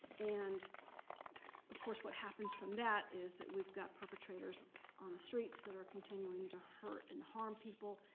and of course, what happens from that is that we've got perpetrators on the streets that are continuing to hurt and harm people.